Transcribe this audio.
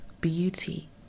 beauty